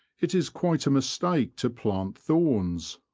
it is quite a mistake to plant thorns,